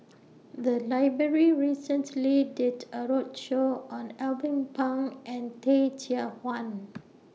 The Library recently did A roadshow on Alvin Pang and Teh Cheang Wan